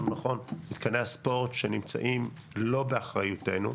נכון מתקני הספורט שנמצאים לא באחריותנו,